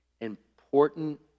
important